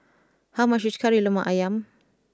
how much is Kari Lemak Ayam